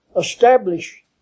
Establish